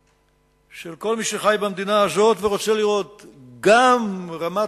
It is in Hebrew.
של כל מי שחי במדינה הזאת ורוצה לראות גם רמת